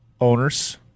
owners